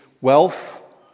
wealth